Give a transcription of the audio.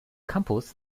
campus